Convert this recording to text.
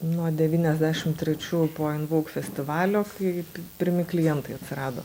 nuo devyniasdešimt trečių po invoug festivalio kai pirmi klientai atsirado